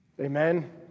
Amen